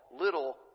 little